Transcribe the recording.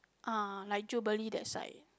uh like Jubilee that side